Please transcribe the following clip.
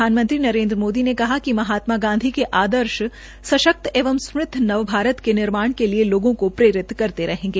प्रधानमंत्री नरेन्द्र मोदी ने कहा कि महात्मा गांधी के आदर्श सशक्त एवं समृद नव भारत के निर्माण के लिए लोगों को प्रेरित करते रहेंगे